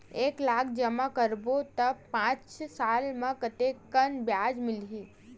एक लाख जमा करबो त पांच साल म कतेकन ब्याज मिलही?